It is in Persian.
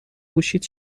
گوشیت